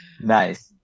Nice